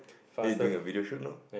are you doing a video shoot now